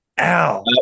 Ow